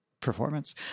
performance